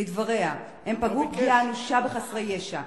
לדבריה, "הם פגעו פגיעה אנושה בחסרי ישע.